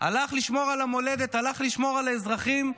הלך לשמור על המולדת, הלך לשמור על האזרחים?